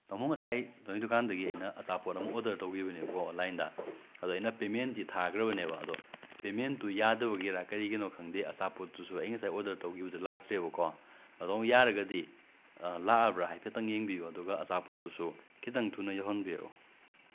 ꯇꯥꯃꯣ ꯉꯁꯥꯏ ꯅꯣꯏꯒꯤ ꯗꯨꯀꯥꯟꯗꯒꯤ ꯑꯩꯅ ꯑꯆꯥꯄꯣꯠ ꯑꯃ ꯑꯣꯗꯔ ꯇꯧꯈꯤꯕꯅꯦꯕꯀꯣ ꯑꯣꯟꯂꯥꯏꯟꯗ ꯑꯗꯣ ꯑꯩꯅ ꯄꯦꯃꯦꯟꯗꯤ ꯊꯥꯈ꯭ꯔꯕꯅꯦꯕ ꯑꯗꯣ ꯄꯦꯃꯦꯟꯗꯨ ꯌꯥꯗꯕꯒꯤꯔ ꯀꯔꯤꯒꯤꯅꯣ ꯈꯪꯗꯦ ꯑꯆꯥꯄꯣꯠꯇꯨꯨꯁꯨ ꯑꯩ ꯉꯁꯥꯏ ꯑꯣꯗꯔ ꯇꯧꯈꯤꯕꯗꯨ ꯂꯥꯛꯇ꯭ꯔꯦꯕꯀꯣ ꯑꯗꯣ ꯌꯥꯔꯒꯗꯤ ꯂꯥꯛꯑꯕ꯭ꯔ ꯍꯥꯏꯐꯦꯠꯇꯪ ꯌꯦꯡꯕꯤꯎ ꯑꯗꯨꯒ ꯑꯆꯥꯄꯣꯠꯇꯨꯁꯨ ꯈꯤꯇꯪ ꯊꯨꯅ ꯌꯧꯍꯟꯕꯤꯔꯛꯎ